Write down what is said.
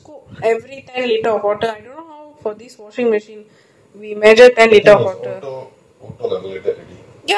so err ohya just now the satay you buy right was super hard